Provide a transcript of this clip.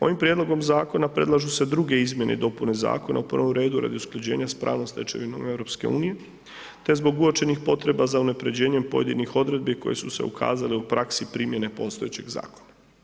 Ovim prijedlogom zakona predlažu se druge izmjene i dopune zakona u prvom redu radi usklađenja s pravnom stečevinom EU te zbog uočenih potreba za unapređenjem pojedinih odredbi koje su se ukazale u praksi primjene postojećeg zakona.